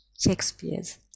Shakespeare's